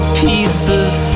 pieces